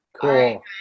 Cool